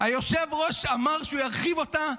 היושב-ראש אמר שהוא ירחיב אותה.